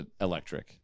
electric